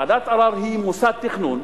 ועדת ערר היא מוסד תכנון,